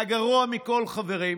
והגרוע מכול, חברים: